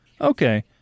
Okay